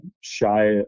shy